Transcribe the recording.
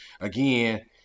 again